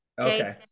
Okay